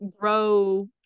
grow